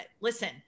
Listen